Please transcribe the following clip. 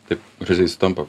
taip gražiai sutampa